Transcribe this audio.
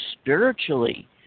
spiritually